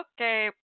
okay